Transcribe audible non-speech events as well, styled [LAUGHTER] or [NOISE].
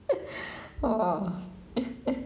[NOISE] !wah! [NOISE]